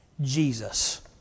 Jesus